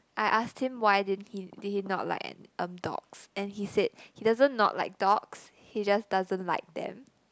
I asked him why didn't he did he not like ani~ um dogs and he said he doesn't not like dogs he just doesn't like them